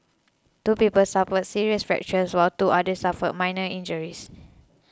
two people suffered serious fractures while two others suffered minor injuries